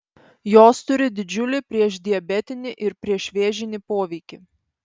jos turi didžiulį priešdiabetinį ir priešvėžinį poveikį